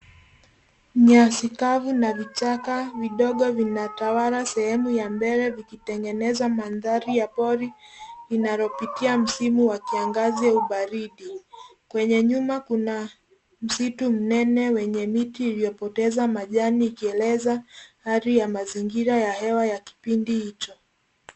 Nyasi kavu na vichaka vidogo vinatawala sehemu ya ya mbele ikitengeneza mandhari ya pori insyopitia msimu wa kiangazi au baridi. Kwenye nyuma kuna msitu mnene wenye miti iliyopoteza majani ikieleza hali ya mazingira vya hewa ya kipindi hicho.